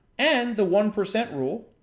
and, the one percent rule,